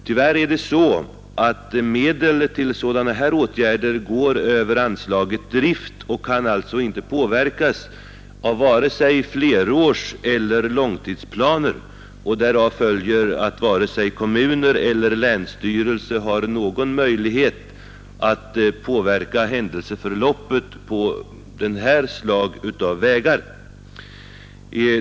Tyvärr går medel för sådana här åtgärder över anslaget till drift av enskilda vägar och kan alltså inte påverkas av vare sig flerårseller långtidsplaner, och därav följer att varken kommuner eller länsstyrelser har någon möjlighet att påverka händelseförloppet när det gäller förbättringar av dessa vägar.